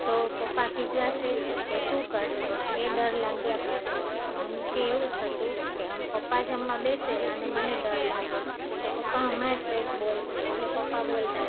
તો પપ્પા ખિજવાશે કે શું કરશે એ ડર લાગ્યા કરતો હતો મનથી એવું થતું કે હમ પપ્પા જમવા બેસે અને મને ડર લાગે કે પપ્પા હમણાં જ કંઈક બોલશે એટલે પપ્પા બોલતા